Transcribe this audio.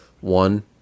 one